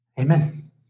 Amen